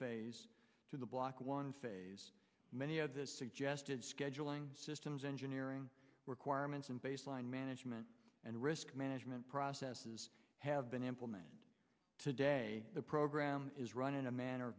phase to the block one phase many of the suggested scheduling systems engineering requirements and baseline management and risk management processes have been implemented today the program is run in a man